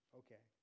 okay